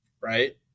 right